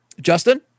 Justin